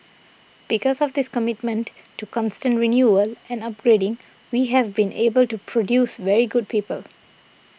because of this commitment to constant renewal and upgrading we have been able to produce very good people